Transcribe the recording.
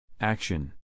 Action